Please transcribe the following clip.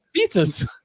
pizzas